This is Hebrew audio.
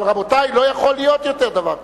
אבל, רבותי, לא יכול להיות יותר דבר כזה.